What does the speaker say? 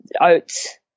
oats